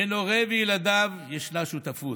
בין הורה וילדיו ישנה שותפות,